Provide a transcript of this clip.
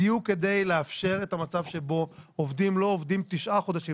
בדיוק כדי לאפשר את המצב שבו עובדים לא עובדים תשעה חודשים,